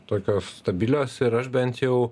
tokios stabilios ir aš bent jau